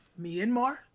Myanmar